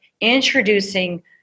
introducing